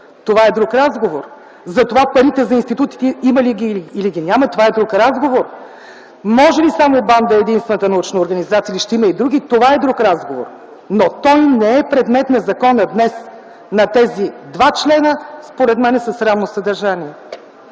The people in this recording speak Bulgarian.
това е друг разговор. Парите за институтите – има ли ги или ги няма, е друг разговор. Може ли само БАН да е единствената научна организация, или ще има и други, това е друг разговор. Но това не е предмет на закона днес, на тези два члена, според мен, със срамно съдържание.